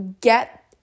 get